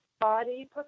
body